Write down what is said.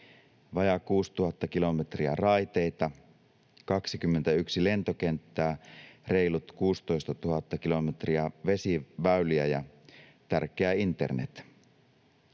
vajaa 6 000 kilometriä raiteita, 21 lentokenttää, reilut 16 000 kilometriä vesiväyliä ja tärkeä internet.